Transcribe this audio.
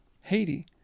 Haiti